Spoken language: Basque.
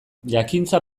jakintza